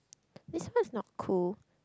this one is not cool